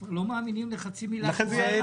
שכבר לא מאמינים לחצי מילה שהוא אמר.